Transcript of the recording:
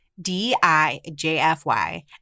d-i-j-f-y